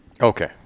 Okay